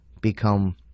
become